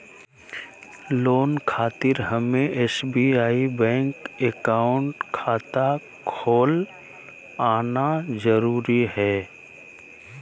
Loan खातिर हमें SBI bank account खाता खोल आना जरूरी है?